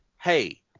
hey